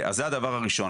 זה הדבר הראשון.